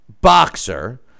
boxer